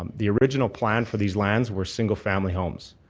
um the original plan for these lands were single family homes.